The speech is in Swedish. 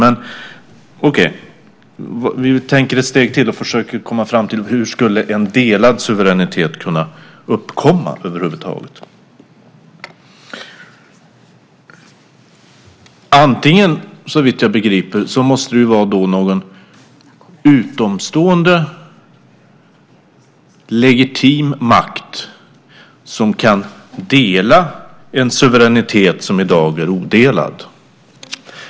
Men vi tänker ett steg till och försöker komma fram till hur en delad suveränitet skulle kunna uppkomma över huvud taget. Antingen, såvitt jag begriper, måste det vara någon utomstående legitim makt som kan dela en suveränitet som i dag är odelad.